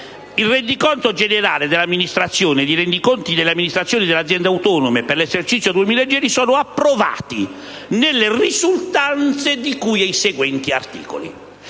i rendiconti delle Amministrazioni e delle Aziende autonome per l'esercizio 2010 sono approvati nelle risultanze di cui ai seguenti articoli».